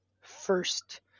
first